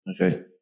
Okay